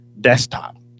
desktop